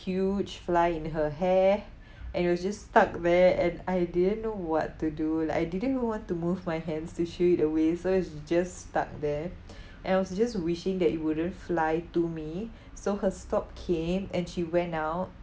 huge fly in her hair and it was just stuck there and I didn't know what to do like I didn't even want to move my hands to shoo it away so it's just stuck there and I was just wishing that it wouldn't fly to me so her stop came and she went out